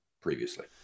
previously